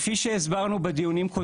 ואז כולם ייהנו.